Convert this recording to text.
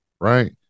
right